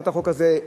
הצעת החוק הזו,